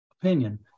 opinion